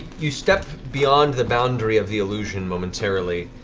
you step beyond the boundary of the illusion momentarily,